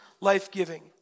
life-giving